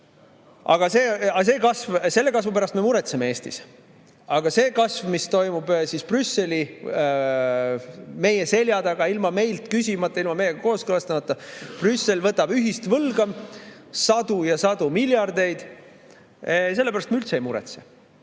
Aga selle võla kasvu pärast me muretseme Eestis. Ent see kasv, mis toimub meie seljataga, ilma meilt küsimata, ilma meiega kooskõlastamata, kui Brüssel võtab ühist võlga sadu ja sadu miljardeid – selle pärast me üldse ei muretse.